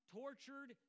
tortured